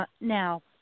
Now